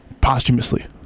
posthumously